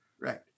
Right